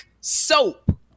soap